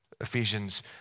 Ephesians